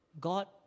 God